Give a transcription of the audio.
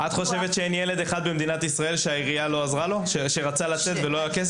את חושבת שאין ילד אחד במדינת ישראל שרצה לצאת ולא היה כסף?